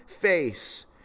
face